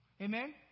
amen